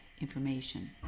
information